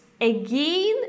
again